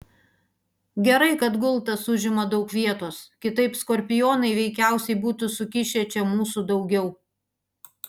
gerai kad gultas užima daug vietos kitaip skorpionai veikiausiai būtų sukišę čia mūsų daugiau